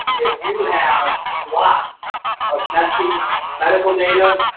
if you have lots of messy medical data,